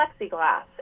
plexiglass